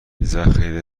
ذخیره